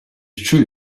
true